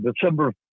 December